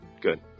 good